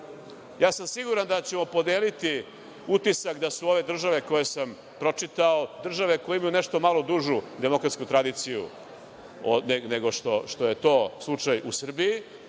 Siguran sam da ćemo podeliti utisak da su ove države koje sam pročitao, države koje imaju nešto malo dužu demokratsku tradiciju nego što je to slučaj u Srbiji,